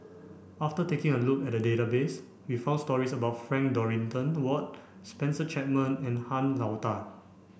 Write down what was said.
after taking a look at the database we found stories about Frank Dorrington Ward Spencer Chapman and Han Lao Da